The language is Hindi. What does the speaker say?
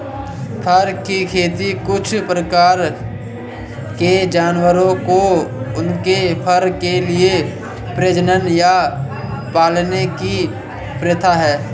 फर की खेती कुछ प्रकार के जानवरों को उनके फर के लिए प्रजनन या पालने की प्रथा है